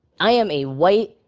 i am a white,